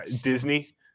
Disney